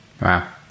Wow